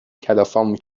کلافمون